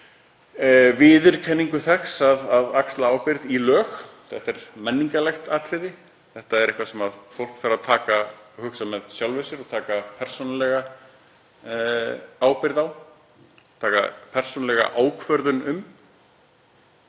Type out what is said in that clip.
viðurkenninguna á því að axla ábyrgð í lög. Þetta er menningarlegt atriði. Þetta er eitthvað sem fólk þarf að hugsa með sjálfu sér og taka persónulega ábyrgð, taka persónulega ákvörðun um.